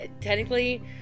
technically